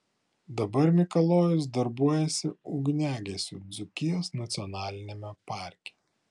dabar mikalojus darbuojasi ugniagesiu dzūkijos nacionaliniame parke